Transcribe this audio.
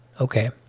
okay